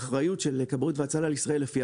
האחריות של כבאות והצלה לישראל לפי